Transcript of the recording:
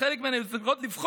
וחלק מהן היו זכאיות לבחור